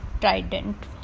trident